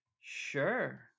Sure